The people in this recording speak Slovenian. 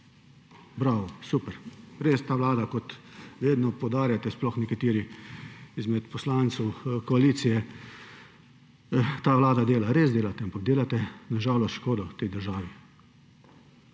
Bravo, super, res ta vlada, kot vedno poudarjate sploh nekateri izmed poslancev koalicije, dela, res delate, ampak delate na žalost škodo tej državi.